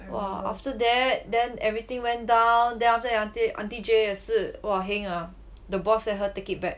!wah! after that then everything went down there after auntie auntie jay 也是 !wah! heng ah her boss let her take it back